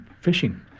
fishing